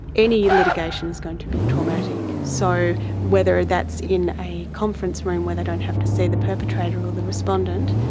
any litigation is going to be traumatic. so whether that's in a conference room where they don't have to see the perpetrator or the respondent,